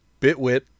Bitwit